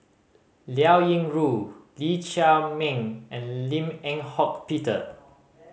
Liao Yingru Lee Chiaw Meng and Lim Eng Hock Peter